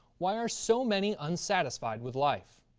why are so many unsatisfied with life?